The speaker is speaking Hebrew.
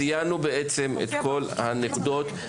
ציינו את כל הנקודות.